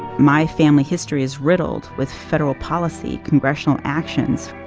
my family history is riddled with federal policy, congressional actions.